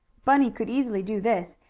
bunny could easily do this,